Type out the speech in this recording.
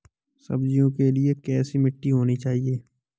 सब्जियों के लिए कैसी मिट्टी होनी चाहिए?